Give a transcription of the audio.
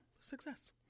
success